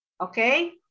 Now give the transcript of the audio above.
Okay